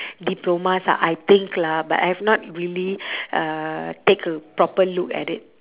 diplomas ah I think lah but I've not really uh take a proper look at it